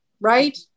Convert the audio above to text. right